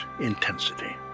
intensity